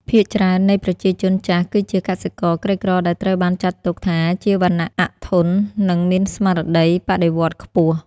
ភាគច្រើននៃប្រជាជនចាស់គឺជាកសិករក្រីក្រដែលត្រូវបានចាត់ទុកថាជាវណ្ណៈអធន និងមានស្មារតីបដិវត្តន៍ខ្ពស់។